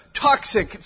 toxic